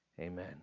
Amen